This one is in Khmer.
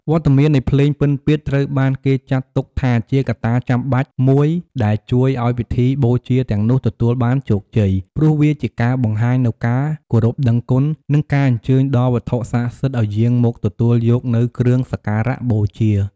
វត្តមាននៃភ្លេងពិណពាទ្យត្រូវបានគេចាត់ទុកថាជាកត្តាចាំបាច់មួយដែលជួយឱ្យពិធីបូជាទាំងនោះទទួលបានជោគជ័យ ព្រោះវាជាការបង្ហាញនូវការគោរពដឹងគុណ និងការអញ្ជើញដល់វត្ថុស័ក្តិសិទ្ធិឱ្យយាងមកទទួលយកនូវគ្រឿងសក្ការបូជា។